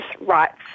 rights